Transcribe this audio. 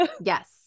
Yes